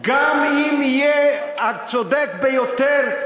גם אם יהיה הצודק ביותר,